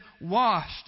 washed